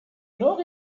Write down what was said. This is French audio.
nord